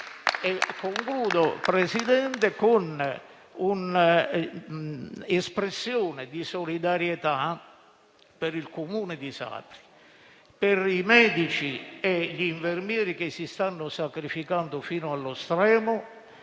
signor Presidente, con una manifestazione di solidarietà per il Comune di Sapri, per i medici e gli infermieri che si stanno sacrificando fino allo stremo